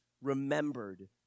remembered